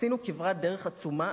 עשינו כברת דרך עצומה,